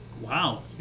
Wow